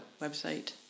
website